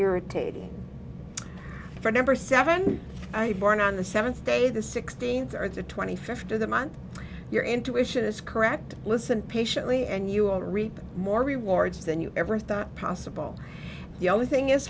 irritating for a number seven i born on the seventh day the sixteenth or the twenty fifth of the month your intuition is correct listen patiently and you will reap more rewards than you ever thought possible the only thing is